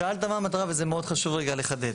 שאלת מה המטרה וזה מאוד חשוב רגע לחדד.